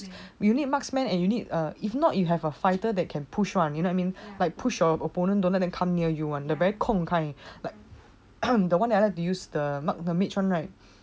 you need marksman and you need err if not you have a fighter that can push [one] you know what I mean you push your opponent don't let them come near you [one] the very 空 kind the one that I like to use the mage one right